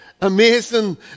amazing